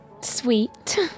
sweet